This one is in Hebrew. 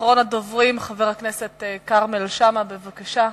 אחרון הדוברים, חבר הכנסת כרמל שאמה, בבקשה.